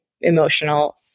emotional